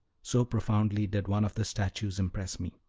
so profoundly did one of the statues impress me.